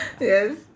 Yes